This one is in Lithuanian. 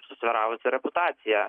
susvyravusią reputaciją